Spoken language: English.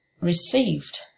received